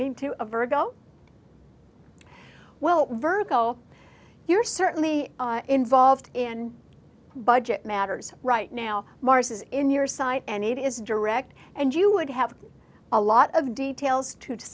mean to a virgo well virgo you're certainly involved in budget matters right now mars is in your site and it is direct and you would have a lot of details to